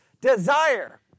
desire